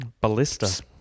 ballista